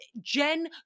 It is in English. Jen